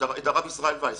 את הרב ישראל וייס,